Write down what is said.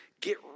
Get